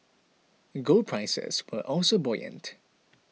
gold prices were also buoyant